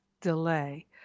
delay